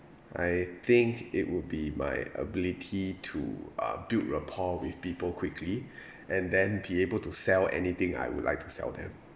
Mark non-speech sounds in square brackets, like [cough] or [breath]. I think it would be my ability to uh build rapport with people quickly [breath] and then be able to sell anything I would like to sell them